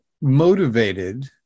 motivated